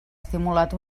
estimulat